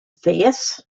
face